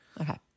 okay